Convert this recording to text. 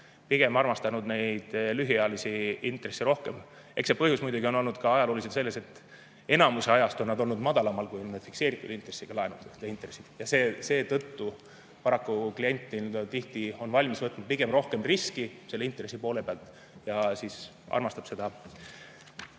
pigem armastanud neid lühiajalisi intressi rohkem. Eks see põhjus on muidugi olnud ka ajalooliselt selles, et enamuse ajast on need olnud madalamad kui need fikseeritud intressiga laenude intressid. Seetõttu on paraku klient pigem valmis võtma rohkem riski selle intressi poole pealt ja armastab seda